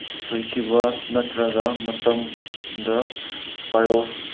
ꯁꯣꯏꯈꯤꯕ ꯅꯠꯇ꯭ꯔꯒ ꯃꯇꯝꯗ ꯄꯥꯏꯌꯣ